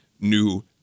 new